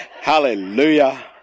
Hallelujah